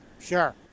Sure